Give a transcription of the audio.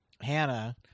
Hannah